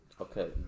Okay